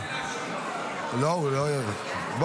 אני רוצה להשיב לשר.